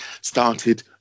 started